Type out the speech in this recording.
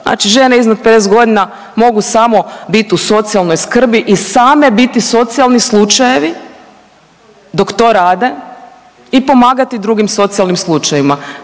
znači žene iznad 50.g. mogu samo bit u socijalnoj skrbi i same biti socijalni slučajevi dok to rade i pomagati drugim socijalnim slučajevima.